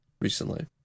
recently